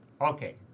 okay